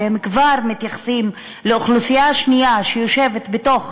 והם כבר מתייחסים לאוכלוסייה השנייה שיושבת בתוך